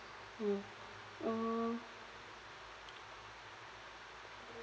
mm orh